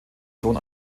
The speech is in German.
sohn